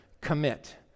Commit